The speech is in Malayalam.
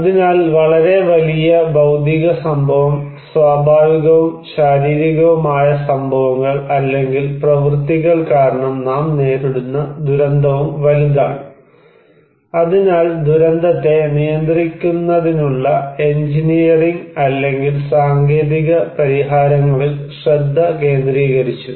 അതിനാൽ വളരെ വലിയ ഭൌതിക സംഭവം സ്വാഭാവികവും ശാരീരികവുമായ സംഭവങ്ങൾ അല്ലെങ്കിൽ പ്രവൃത്തികൾ കാരണം നാം നേരിടുന്ന ദുരന്തവും വലുതാണ് അതിനാൽ ദുരന്തത്തെ നിയന്ത്രിക്കുന്നതിനുള്ള എഞ്ചിനീയറിംഗ് അല്ലെങ്കിൽ സാങ്കേതിക പരിഹാരങ്ങളിൽ ശ്രദ്ധ കേന്ദ്രീകരിച്ചു